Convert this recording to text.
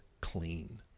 clean